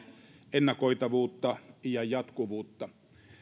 ennakoitavuutta ja jatkuvuutta